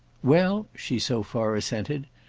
well, she so far assented,